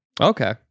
Okay